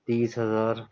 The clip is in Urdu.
تیس ہزار